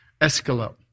escalope